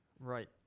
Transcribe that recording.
Right